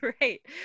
Right